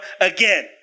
again